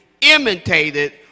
imitated